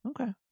Okay